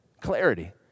clarity